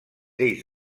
lleis